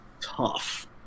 tough